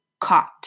caught